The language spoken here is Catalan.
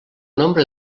nombre